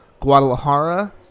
Guadalajara